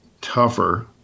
tougher